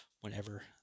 whenever